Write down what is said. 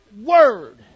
word